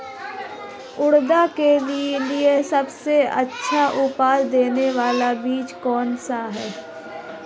उड़द के लिए सबसे अच्छा उपज देने वाला बीज कौनसा है?